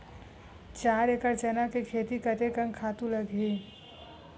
चार एकड़ चना के खेती कतेकन खातु लगही?